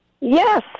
Yes